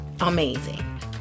amazing